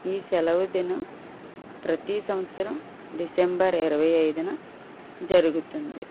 ఈ సెలవు దినం ప్రతి సంవత్సరం డిసెంబర్ ఇరవై ఐదున జరుగుతుంది